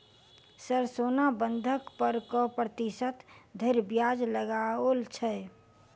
Sir सोना बंधक पर कऽ प्रतिशत धरि ब्याज लगाओल छैय?